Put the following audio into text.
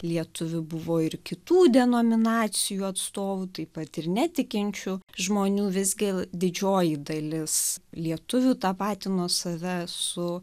lietuvių buvo ir kitų denominacijų atstovų taip pat ir netikinčių žmonių visgi didžioji dalis lietuvių tapatino save su